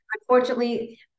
unfortunately